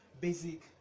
basic